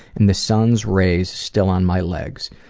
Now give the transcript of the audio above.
and the sun's rays still on my legs,